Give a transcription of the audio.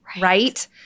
right